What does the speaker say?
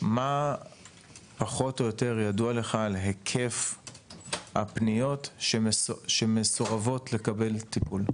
מה פחות או יותר ידוע לך על היקף הפניות שמסורבות לקבל טיפול?